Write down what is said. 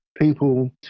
people